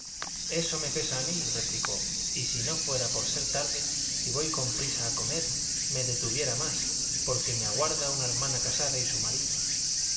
eso me pesa a mí replicó y si no fuera por ser tarde y voy con prisa a comer me detuviera más porque me aguarda una hermana casada y su marido